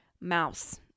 mouse